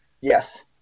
Yes